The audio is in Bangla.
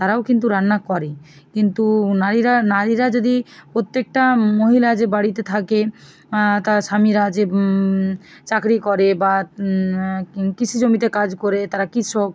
তারাও কিন্তু রান্না করে কিন্তু নারীরা নারীরা যদি প্রত্যেকটা মহিলা যে বাড়িতে থাকে তার স্বামীরা যে চাকরি করে বা কৃষি জমিতে কাজ করে তারা কিষক